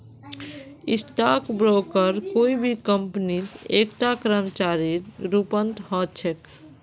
stock broker कोई भी कम्पनीत एकता कर्मचारीर रूपत ह छेक